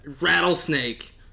rattlesnake